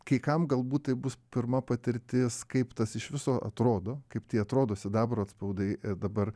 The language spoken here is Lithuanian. kai kam galbūt tai bus pirma patirtis kaip tas iš viso atrodo kaip tie atrodo sidabro atspaudai dabar